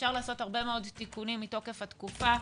אפשר לעשות הרבה מאוד תיקונים מתוקף התקופה.